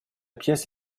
pièce